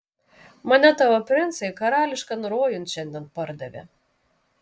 mane tavo princai karališkan rojun šiandien pardavė